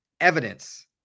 evidence